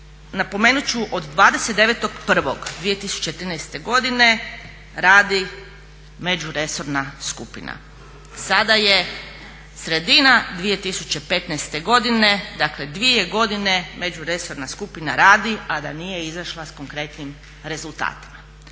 napomenuti ću od 29. 1. 2013. godine radi međuresorna skupina. Sada je sredina 2015. godine, dakle 2 godine međuresorna skupina radi a da nije izašla sa konkretnim rezultatima.